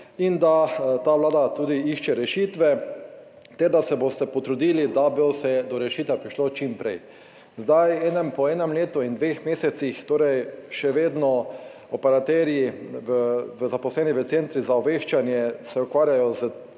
in da ta vlada tudi išče rešitve ter da se boste potrudili, da bi se do rešitev prišlo čim prej. Po enem letu in dveh mesecih se torej še vedno operaterji, zaposleni v centrih za obveščanje, ukvarjajo